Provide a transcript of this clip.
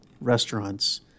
restaurants